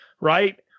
right